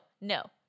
no